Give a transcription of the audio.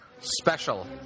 Special